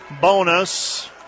bonus